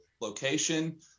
location